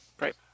Right